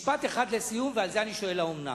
משפט אחד לסיום, ועל זה אני שואל: האומנם?